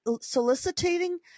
soliciting